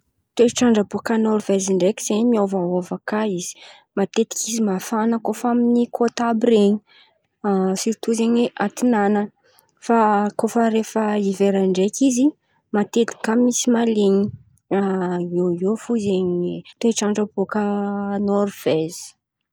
Toatrandra baka Nôrivezy ndreky zen̈y miôva hôva kà izy matetiky izy mafana koa fa kôtamby ren̈y sirito zen̈y antinanana. Fa kô fa rehefa livera ndreky izy matetiky koa izy misy mahaleny iô iô fo zen̈y toetran-dra bôka Nôrivezy.